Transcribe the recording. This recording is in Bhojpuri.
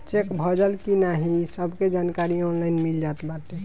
चेक भजल की नाही इ सबके जानकारी ऑनलाइन मिल जात बाटे